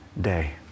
day